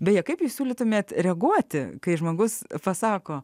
beje kaip jūs siūlytumėte reaguoti kai žmogus pasako